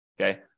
Okay